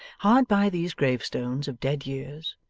hard by these gravestones of dead years,